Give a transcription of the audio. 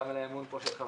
גם על האמון של חבריי,